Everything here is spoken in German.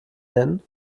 nennen